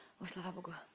but have a good